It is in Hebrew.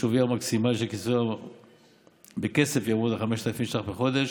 שווייה המקסימלי של הקצבה בכסף יעמוד על כ-5,000 ש"ח בחודש.